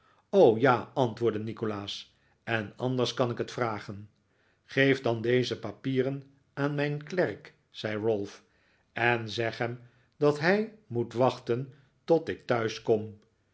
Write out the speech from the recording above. ja antwoordde nikolaas en anders kan ik t vragen geef dan deze papieren aan mijn klerk zei ralph en zeg hem dat hij moet wachten tot ik thuis